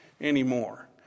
anymore